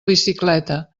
bicicleta